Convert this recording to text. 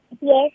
yes